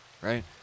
right